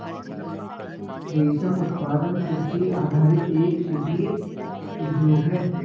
रेशम उत्पादन कृषि आधारित एक कुटीर उद्योग है